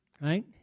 right